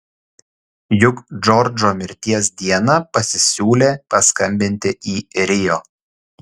juk džordžo mirties dieną pasisiūlė paskambinti į rio